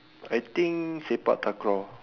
I think sepak-takraw